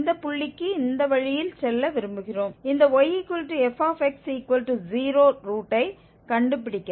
இந்த புள்ளிக்கு இந்த வழியில் செல்ல விரும்புகிறோம் இந்த yfx0 ரூட்டை கண்டுபிடிக்க